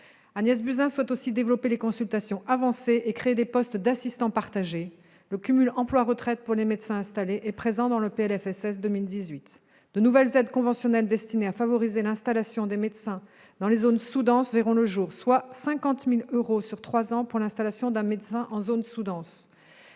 Agnès Buzyn souhaite aussi développer les consultations avancées et créer des postes d'assistant partagé. Le cumul emploi-retraite pour les médecins installés est inscrit dans le PLFSS pour 2018. De nouvelles aides conventionnelles destinées à favoriser l'installation des médecins dans les zones sous-denses verront le jour : elles s'élèveront à 50 000 euros sur trois ans pour l'installation d'un médecin dans une